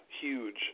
huge